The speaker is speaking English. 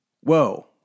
whoa